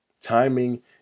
Timing